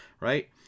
right